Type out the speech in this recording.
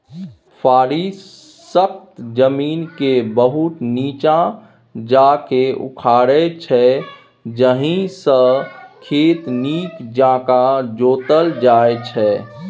फारी सक्खत जमीनकेँ बहुत नीच्चाँ जाकए उखारै छै जाहिसँ खेत नीक जकाँ जोताएल जाइ छै